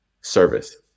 service